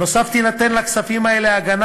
נוסף על כך תינתן לכספים האלה הגנה